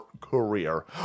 career